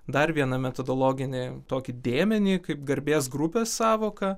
dar vieną metodologinį tokį dėmenį kaip garbės grupės sąvoka